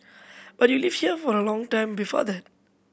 but you lived here for a long time before that